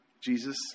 Jesus